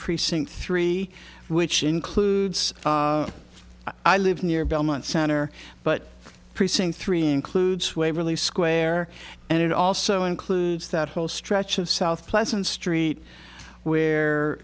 precinct three which includes i live near belmont center but precinct three includes waverly square and it also includes that whole stretch of south pleasant street where